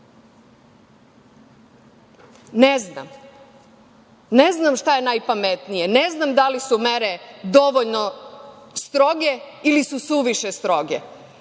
znam, ne znam šta je najpametnije, ne znam da li su mere dovoljno stroge ili su suviše stroge.